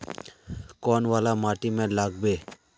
कौन वाला माटी में लागबे?